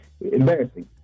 Embarrassing